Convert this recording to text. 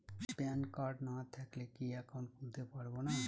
Pan card না থাকলে কি একাউন্ট খুলতে পারবো না?